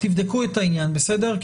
תבדקו את העניין בסדר?